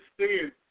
understand